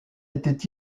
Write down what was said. était